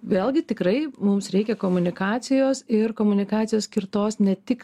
vėlgi tikrai mums reikia komunikacijos ir komunikacijos skirtos ne tik